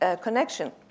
connection